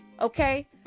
Okay